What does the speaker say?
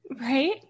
right